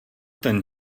ten